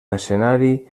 escenari